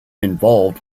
involved